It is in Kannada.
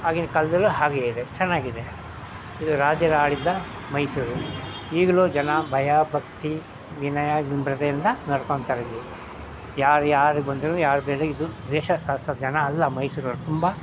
ಆಗಿನ ಕಾಲದಲ್ಲು ಹಾಗೇ ಇದೆ ಚೆನ್ನಾಗಿದೆ ಇದು ರಾಜರ ಆಳಿದ ಮೈಸೂರು ಈಗಲೂ ಜನ ಭಯ ಭಕ್ತಿ ವಿನಯ ವಿನಮ್ರತೆಯಿಂದ ನಡ್ಕೊಳ್ತಾರೆ ಇಲ್ಲಿ ಯಾರು ಯಾರು ಬಂದರು ಯಾರ ಮೇಲು ಇದ್ದರು ದ್ವೇಷ ಸಾಧಿಸೋ ಜನ ಅಲ್ಲ ಮೈಸೂರವ್ರು ತುಂಬ